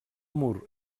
mur